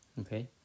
Okay